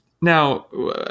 Now